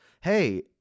Hey